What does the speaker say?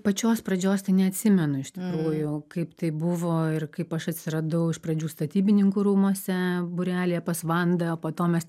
pačios pradžios tai neatsimenu iš tikrųjų kaip tai buvo ir kaip aš atsiradau iš pradžių statybininkų rūmuose būrelyje pas vandą po to mes